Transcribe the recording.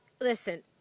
Listen